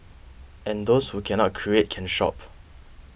and those who cannot create can shop